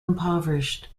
impoverished